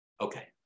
Okay